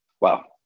Wow